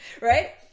right